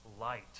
light